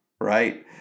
right